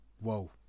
whoa